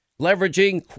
leveraging